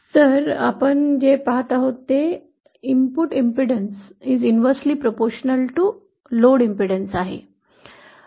तर आपण जे पाहत आहोत ते इनपुट प्रतिबाधा inversely proportional to लोड प्रतिबाधाच्या आहे